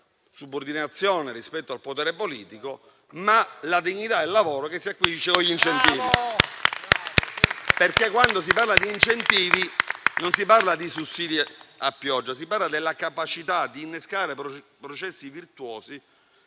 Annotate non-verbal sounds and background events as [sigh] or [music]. subordinazione rispetto al potere politico, ma alla dignità del lavoro che si acquisisce con gli incentivi. [applause] Quando si parla di incentivi, non si parla di sussidi a pioggia, ma della capacità di innescare processi virtuosi